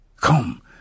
Come